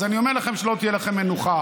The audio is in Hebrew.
אז אני אומר לכם שלא תהיה לכם מנוחה,